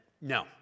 no